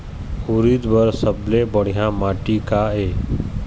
उरीद बर सबले बढ़िया माटी का ये?